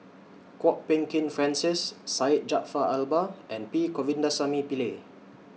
Kwok Peng Kin Francis Syed Jaafar Albar and P Govindasamy Pillai